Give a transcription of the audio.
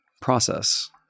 process